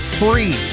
free